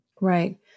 Right